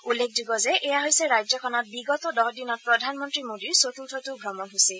উল্লেখযোগ্য যে এয়া হৈছে ৰাজ্যখনত বিগত দহদিনত প্ৰধানমন্নী মোদীৰ চতুৰ্থটো ভ্ৰমণসূচী